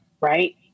right